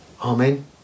Amen